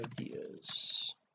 ideas